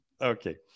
okay